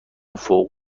فوق